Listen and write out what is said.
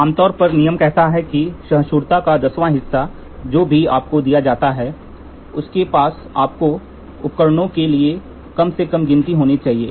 आमतौर पर नियम कहता है कि सहिष्णुता का दसवां हिस्सा जो भी आपको दिया जाता है उसके पास आपके उपकरणों के लिए कम से कम गिनती होनी चाहिए